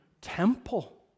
temple